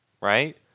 right